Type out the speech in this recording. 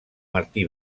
martí